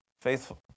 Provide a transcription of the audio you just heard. faithful